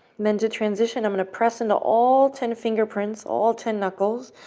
then to transition, i'm going to press into all ten fingerprints, all ten knuckles,